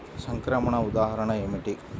సంక్రమణ ఉదాహరణ ఏమిటి?